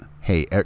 Hey